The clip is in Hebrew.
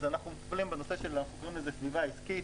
אנחנו מטפלים בנושא של סביבה עסקית.